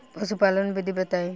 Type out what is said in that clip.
पशुपालन विधि बताई?